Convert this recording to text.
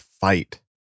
fight